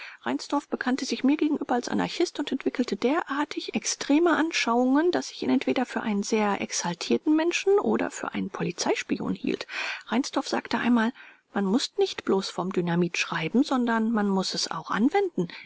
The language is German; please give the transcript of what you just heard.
reinsdorf bekannte sich mir gegenüber als anarchist und entwickelte derartig extreme anschauungen daß ich ihn entweder für einen sehr exaltierten menschen oder für einen polizeispion hielt reinsdorf sagte einmal man muß nicht bloß vom dynamit schreiben sondern man muß es auch anwenden